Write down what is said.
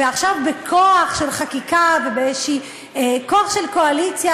ועכשיו בכוח של חקיקה ובכוח של קואליציה,